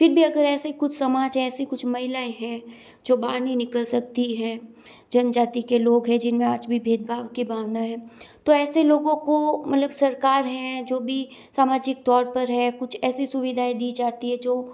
फिर भी अगर ऐसा कुछ समाज हैं ऐसी कुछ महिलायें हैं जो बाहर नहीं निकाल सकती हैं जनजाति के लोग हैं जिनमें आज भी भेदभाव के भावना है तो ऐसे लोगों को सरकार हैं जो भी सामाजिक तौर पर है कुछ ऐसी सुविधाएं दी जाती है जो